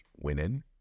winning